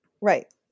Right